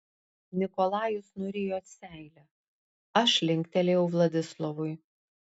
nikolajus nurijo seilę aš linktelėjau vladislovui